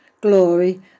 glory